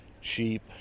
sheep